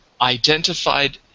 Identified